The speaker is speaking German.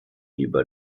über